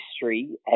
history